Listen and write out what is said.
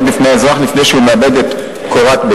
בפני האזרח לפני שהוא מאבד את קורת הגג,